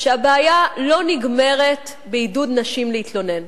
שהבעיה לא נגמרת בעידוד נשים להתלונן.